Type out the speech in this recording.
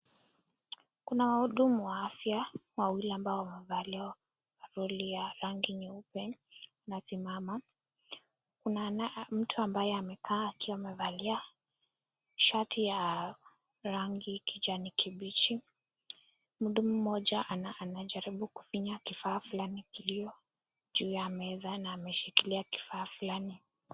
Kuna wahudumu wa afya wawili ambao wamevalia ovaroli ya rangi nyeupe na wamesimama, kuna mtu ambaye amekaa akiwa amevalia shati ya rangi kijani kibichi, mhudumu mmoja anajaribu kufinya kifaa fulani iliyo juu ya meza na ameshikilia kifaa fulani.